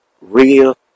real